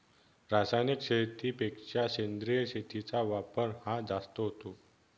रासायनिक शेतीपेक्षा सेंद्रिय शेतीचा वापर हा जास्त होतो